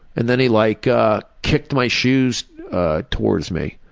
and then he like ah kicked my shoes towards me,